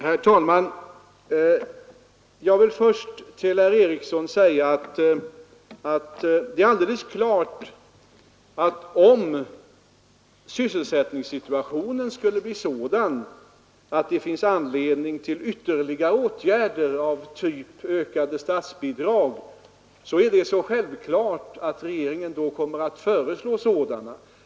Herr talman! Jag vill först till herr Eriksson i Arvika säga att det är alldeles klart att om sysselsättningssituationen skulle bli sådan att det finns anledning till ytterligare åtgärder av typ ökade statsbidrag kommer regeringen att föreslå sådana.